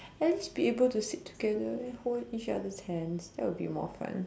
at least be able to sit together and hold each other's hands that would be more fun